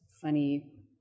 funny